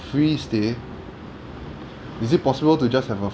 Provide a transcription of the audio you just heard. free stay is it possible to just have a f~